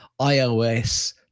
iOS